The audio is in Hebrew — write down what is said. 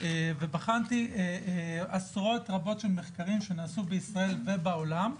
ובחנתי עשרות רבות של מחקרים שנעשו בישראל ובעולם,